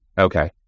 Okay